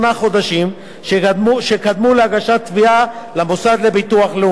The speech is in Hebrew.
תקופה של 48 חודשים שקדמו להגשת התביעה למוסד לביטוח לאומי.